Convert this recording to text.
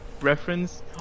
reference